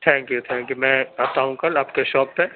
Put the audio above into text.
thank you thank you آتا ہوں کل آپ کے شاپ پہ